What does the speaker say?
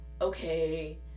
okay